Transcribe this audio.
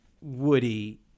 Woody